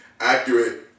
accurate